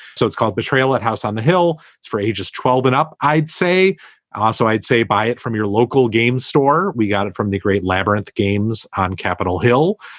so it's called betrayal at house on the hill for ages twelve and up. i'd say also i'd say buy it from your local game store. we got it from the great labrinth games on capitol hill.